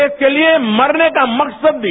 देश के लिए मरने का मकसद दिया